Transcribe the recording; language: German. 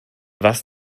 was